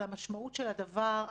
על משמעות הדבר,